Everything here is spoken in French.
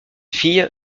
fille